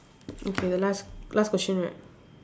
okay the last last question right